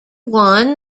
won